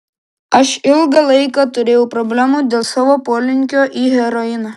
aš ilgą laiką turėjau problemų dėl savo polinkio į heroiną